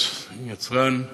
להיות יצרן,